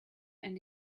and